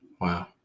wow